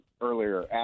earlier